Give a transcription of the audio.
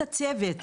הצוות.